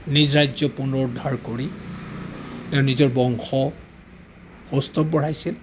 নিজ ৰাজ্য পুনৰ উদ্ধাৰ কৰি তেওঁ নিজৰ বংশ সৌষ্ঠৱ বঢ়াইছিল